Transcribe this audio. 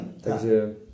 Takže